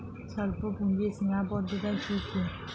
স্বল্পপুঁজির সীমাবদ্ধতা কী কী?